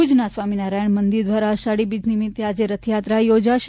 ભુજના સ્વામિનારાયણ મંદિર દ્વારા અષાઢી બીજ નિમિત્તે રથયાત્રા યોજાશે